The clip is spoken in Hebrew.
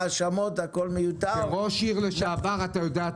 היא תתייחס להכול, היא רשמה את הכול.